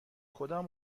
کدام